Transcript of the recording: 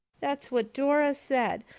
that's what dora said.